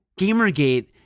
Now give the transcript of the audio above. Gamergate